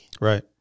Right